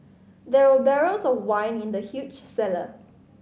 there were barrels of wine in the huge cellar